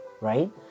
right